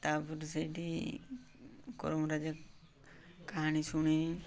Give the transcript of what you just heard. ତା'ପରେ ସେଇଠି କରମରାଜା କାହାଣୀ ଶୁଣି